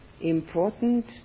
important